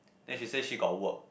then she say she got work